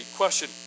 question